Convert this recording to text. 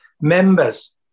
members